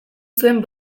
zuen